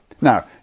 Now